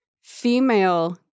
female